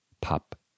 pop